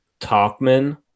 Talkman